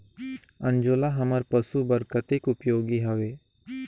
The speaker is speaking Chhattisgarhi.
अंजोला हमर पशु बर कतेक उपयोगी हवे?